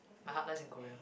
my heart lies in Korea